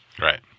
Right